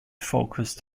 focused